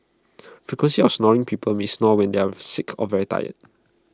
frequency of snoring people may snore when they are sick or very tired